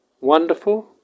Wonderful